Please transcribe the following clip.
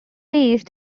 east